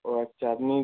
ও আচ্ছা আপনি